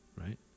Right